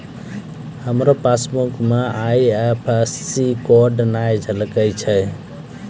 हमरो पासबुक मे IFSC code नै झलकै छै